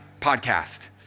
podcast